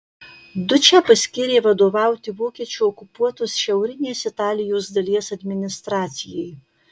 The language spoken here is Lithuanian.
dučę paskyrė vadovauti vokiečių okupuotos šiaurinės italijos dalies administracijai